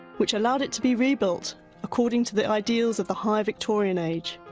which allowed it to be rebuilt according to the ideals of the high victorian age,